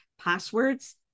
passwords